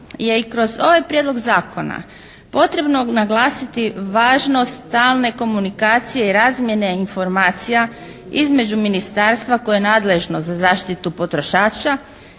je i kroz ovaj prijedlog zakona potrebno naglasiti važnost stalne komunikacije i razmjene informacija između ministarstva koje je nadležno za zaštitu potrošača,